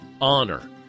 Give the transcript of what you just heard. honor